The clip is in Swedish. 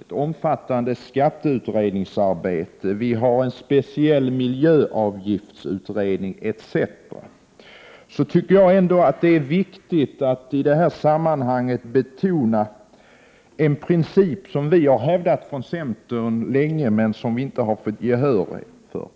ett omfattande skatteutredningsarbete och att det t.ex. finns en speciell miljöavgiftsutredning. Jag tycker ändå att det är viktigt att i detta sammanhang betona en princip som centern har hävdat länge men inte har fått gehör för.